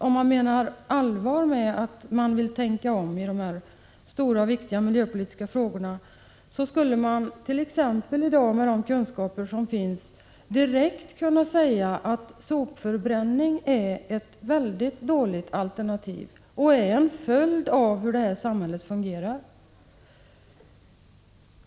Om man menar allvar med att man vill tänka om i de här stora och viktiga miljöpolitiska frågorna, skulle man med de kunskaper som finns i dag direkt kunna säga att t.ex. sopförbränning är ett väldigt dåligt alternativ och en följd av hur samhället fungerar.